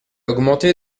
augmenté